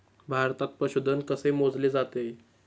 भारतात पशुधन कसे मोजले जाते?